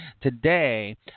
today